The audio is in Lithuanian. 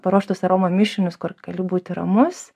paruoštus aroma mišinius kur gali būti ramus